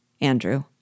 Andrew